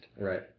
Right